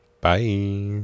Bye